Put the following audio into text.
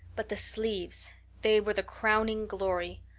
but the sleeves they were the crowning glory!